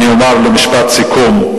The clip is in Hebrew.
אני אומר משפט סיכום: